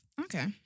Okay